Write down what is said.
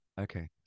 Okay